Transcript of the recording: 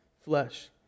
flesh